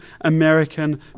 American